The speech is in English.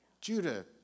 Judah